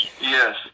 Yes